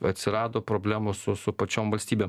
atsirado problemų su su pačiom valstybėm